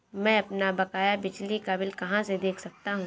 मैं अपना बकाया बिजली का बिल कहाँ से देख सकता हूँ?